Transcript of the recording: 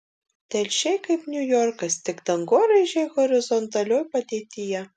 telšiai kaip niujorkas tik dangoraižiai horizontalioj padėtyje